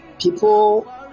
People